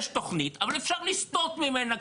יש תוכנית, אבל אפשר לסטות ממנה.